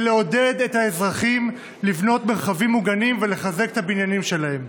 לעודד את האזרחים לבנות מרחבים מוגנים ולחזק את הבניינים שלהם.